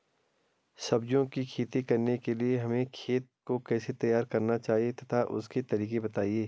सब्जियों की खेती करने के लिए हमें खेत को कैसे तैयार करना चाहिए तथा उसके तरीके बताएं?